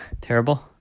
Terrible